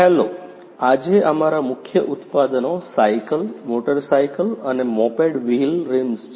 hello આજે અમારા મુખ્ય ઉત્પાદનો સાયકલ મોટરસાયકલ અને મોપેડ વ્હીલ રિમ્સ છે